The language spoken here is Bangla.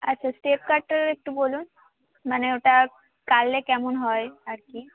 আচ্ছা স্টেপ কাটটার একটু বলুন মানে ওটা কাটলে কেমন হয় আর কি